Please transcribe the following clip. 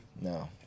no